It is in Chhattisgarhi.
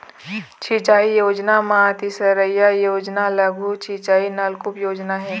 सिंचई योजना म तीसरइया योजना लघु सिंचई नलकुप योजना हे